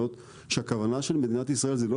להבין שהכוונה של מדינת ישראל היא לא